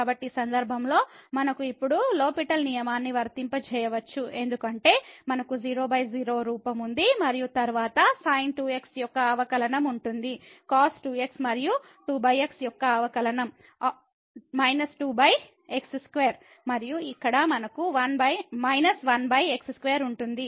కాబట్టి ఈ సందర్భంలో మనకు ఇప్పుడు లో పిటెల్ L'Hospital నియమాన్ని వర్తింపజేయవచ్చు ఎందుకంటే మనకు 00 రూపం ఉంది మరియు తరువాత sin2x యొక్క అవకలనం ఉంటుంది cos2x మరియు 2x యొక్క అవకలనం మరియు ఇక్కడ మనకు −1x2 ఉంటుంది